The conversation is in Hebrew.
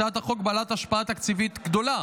הצעת החוק היא בעלת השפעה תקציבית גדולה,